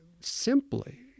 simply